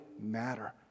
matter